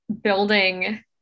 building